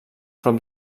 prop